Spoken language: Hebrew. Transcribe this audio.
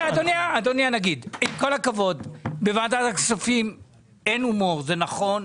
עם כל הכבוד, בוועדת הכספים אין הומור, זה נכון.